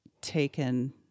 taken –